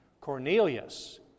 Cornelius